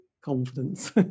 confidence